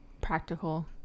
practical